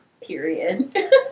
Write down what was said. Period